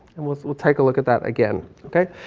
and we'll we'll take a look at that again. ok?